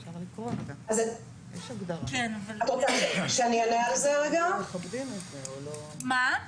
ולהבהיר בפניהם שאם הם לא מאפשרים